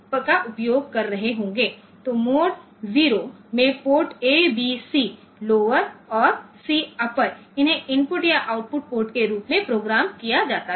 तो मोड 0 में port A B C lower और C अपर उन्हें इनपुट या आउटपुट पोर्ट के रूप में प्रोग्राम किया जा सकता है